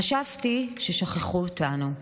חשבתי ששכחו אותנו,